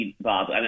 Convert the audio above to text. Bob